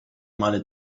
male